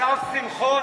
השר שמחון,